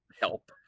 help